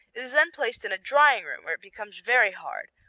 it is then placed in a drying room, where it becomes very hard,